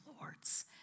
lords